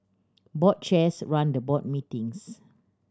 board chairs run the board meetings